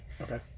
Okay